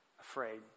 afraid